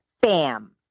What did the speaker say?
bam